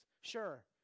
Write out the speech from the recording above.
Sure